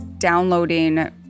downloading